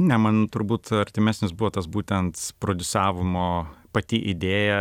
ne man turbūt artimesnis buvo tas būtent prodiusavimo pati idėja